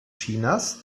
chinas